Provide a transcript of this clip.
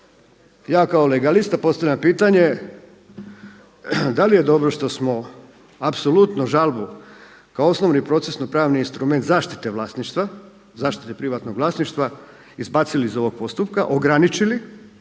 ja kao legalista postavljam pitanje da li je dobro što smo apsolutno žalbu kao osnovni procesno pravni instrument zaštite vlasništva, zaštite privatnog vlasništva izbacili iz ovog postupka, ograničili